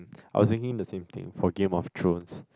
I was thinking the same thing for Game of Thrones